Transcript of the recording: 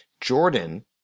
Jordan